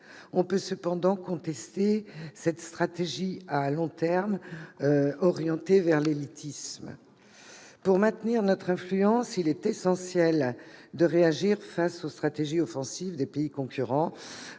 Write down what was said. on peut cependant contester cette stratégie à long terme orientée vers l'élitisme. Pour maintenir notre influence, il est essentiel de réagir face aux stratégies offensives des pays concurrents